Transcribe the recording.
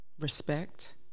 respect